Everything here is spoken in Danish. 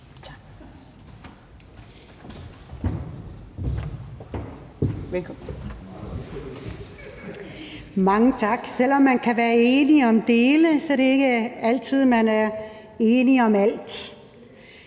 Mange tak. Selv om man kan være enige om dele, er det ikke altid, at man er enige om alt.